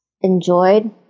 enjoyed